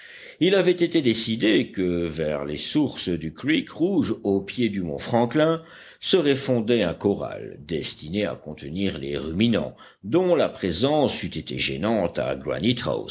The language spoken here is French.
il avait été décidé que vers les sources du creek rouge au pied du mont franklin serait fondé un corral destiné à contenir les ruminants dont la présence eût été gênante à